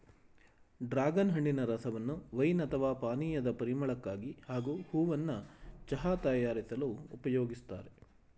dragon ಹಣ್ಣಿನ ರಸವನ್ನು wine ಅಥವಾ ಪಾನೀಯದ ಪರಿಮಳಕ್ಕಾಗಿ ಹಾಗೂ ಹೂವನ್ನ ಚಹಾ ತಯಾರಿಸಲು ಉಪಯೋಗಿಸ್ತಾರೆ